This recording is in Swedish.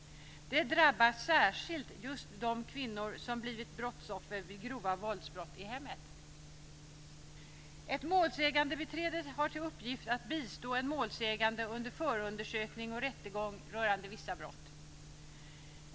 Det drabbar särskilt just de kvinnor som blivit brottsoffer vid grova våldsbrott i hemmet. Ett målsägandebiträde har till uppgift att bistå en målsägande under förundersökning och rättegång rörande vissa brott.